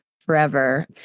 forever